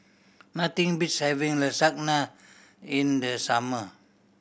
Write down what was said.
nothing beats having Lasagne in the summer